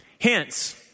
Hence